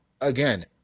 Again